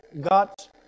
got